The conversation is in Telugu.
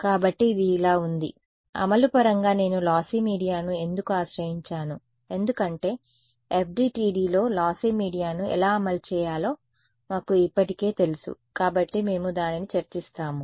కాబట్టి ఇది అలా ఉంది అమలు పరంగా నేను లాస్సి మీడియాను ఎందుకు ఆశ్రయించాను ఎందుకంటే FDTDలో లాస్సి మీడియాను ఎలా అమలు చేయాలో మాకు ఇప్పటికే తెలుసు కాబట్టి మేము దానిని చర్చిస్తాము